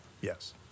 Yes